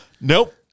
Nope